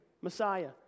Messiah